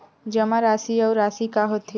जमा राशि अउ राशि का होथे?